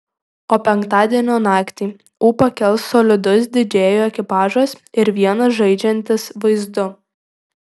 o penktadienio naktį ūpą kels solidus didžėjų ekipažas ir vienas žaidžiantis vaizdu